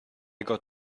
got